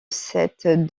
cette